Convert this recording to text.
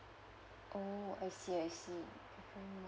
oh I see I see mm